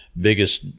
biggest